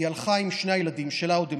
היא הלכה עם שני הילדים שלה בנצרת,